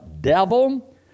devil